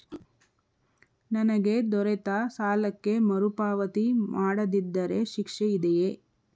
ನನಗೆ ದೊರೆತ ಸಾಲಕ್ಕೆ ಮರುಪಾವತಿ ಮಾಡದಿದ್ದರೆ ಶಿಕ್ಷೆ ಇದೆಯೇ?